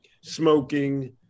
smoking